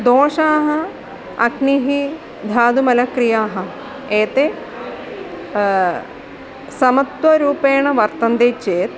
दोषाः अग्निः धातुमलक्रियाः एते समत्वरूपेण वर्तन्ते चेत्